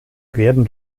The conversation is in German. werden